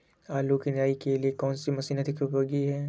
आलू की निराई के लिए कौन सी मशीन अधिक उपयोगी है?